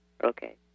Okay